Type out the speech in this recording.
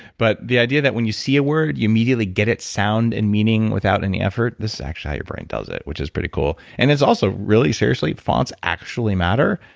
but the idea that when you see a word, you immediately get it sound and meaning without any effort, this is actually how your brain does it, which is pretty cool. and it's also really seriously fonts actually matter.